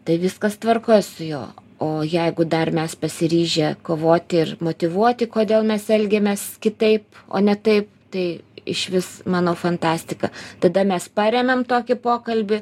tai viskas tvarkoj su juo o jeigu dar mes pasiryžę kovoti ir motyvuoti kodėl mes elgiamės kitaip o ne taip tai išvis manau fantastika tada mes parėmiam tokį pokalbį